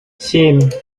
семь